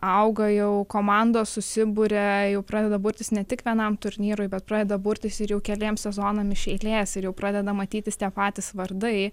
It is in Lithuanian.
auga jau komandos susiburia jau pradeda burtis ne tik vienam turnyrui bet pradeda burtis ir jau keliems sezonams iš eilės ir jau pradeda matytis tie patys vardai